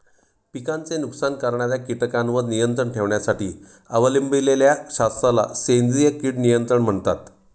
पिकांचे नुकसान करणाऱ्या कीटकांवर नियंत्रण ठेवण्यासाठी अवलंबिलेल्या शास्त्राला सेंद्रिय कीड नियंत्रण म्हणतात